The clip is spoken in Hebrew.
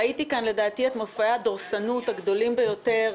ראיתי כאן לדעתי את מופעי הדורסנות הגדולים ביותר,